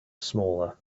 smaller